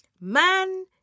man